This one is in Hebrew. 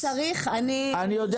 מה שצריך אני לרשותך.